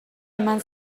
eman